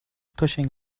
pushing